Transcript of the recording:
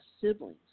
siblings